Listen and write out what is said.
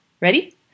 Ready